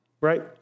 right